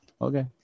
okay